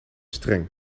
streng